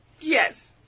Yes